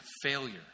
failure